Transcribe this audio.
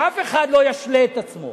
שאף אחד לא ישלה את עצמו